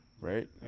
right